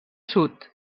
sud